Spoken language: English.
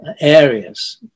areas